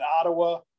Ottawa